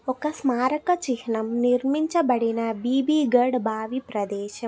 ఒక స్మారక చిహ్నం నిర్మించబడిన బీబీఘడ్ బావి ప్రదేశం